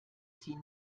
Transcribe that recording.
sie